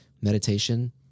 meditation